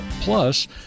Plus